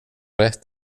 rätt